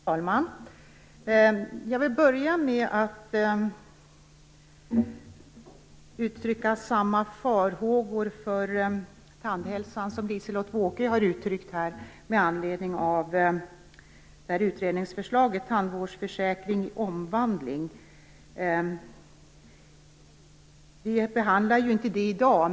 Fru talman! Jag vill börja med att uttrycka samma farhågor för tandhälsan som Liselott Wågö gjorde med anledning av utredningsförslaget, Tandvårdsförsäkring i omvandling. Vi behandlar ju inte det i dag.